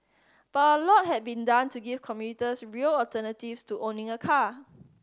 but a lot had been done to give commuters real alternatives to owning a car